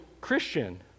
christian